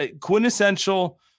quintessential